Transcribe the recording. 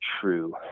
true